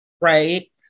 right